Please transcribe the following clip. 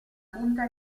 punta